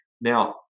Now